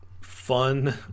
fun